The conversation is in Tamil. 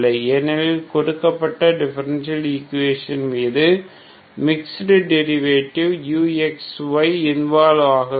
ஏனெனில் கொடுக்கப்பட்ட டிஃபரண்டியல் ஈக்குவேஷன் மீது மிக்ஸ்டு டெரிவேட்டிவ் uxy இன்வால்வ் ஆகவில்லை